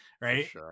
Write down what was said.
right